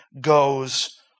goes